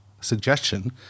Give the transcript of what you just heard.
suggestion